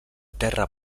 terra